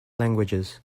languages